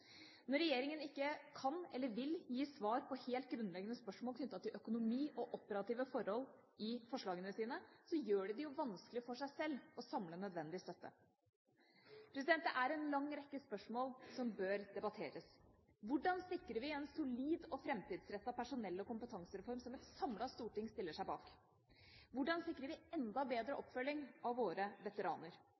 Når regjeringa ikke kan eller vil gi svar på helt grunnleggende spørsmål knyttet til økonomi og operative forhold i forslagene sine, gjør de det vanskelig for seg sjøl å samle nødvendig støtte. Det er en lang rekke spørsmål som bør debatteres. Hvordan sikrer vi en solid og framtidsrettet personell- og kompetansereform som et samlet storting stiller seg bak? Hvordan sikrer vi enda bedre oppfølging av våre veteraner?